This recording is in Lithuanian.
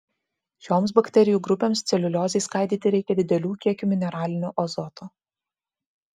šioms bakterijų grupėms celiuliozei skaidyti reikia didelių kiekių mineralinio azoto